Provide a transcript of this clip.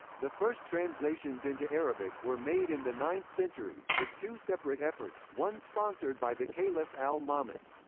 the first translations into arabic were made in the ninth century, with two separate efforts, one sponsored by the caliph al-ma'mun.